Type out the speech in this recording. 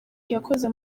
yakoze